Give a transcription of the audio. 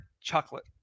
chocolate